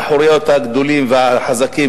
לאוטיסטים, אחד בערוער.